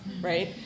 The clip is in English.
right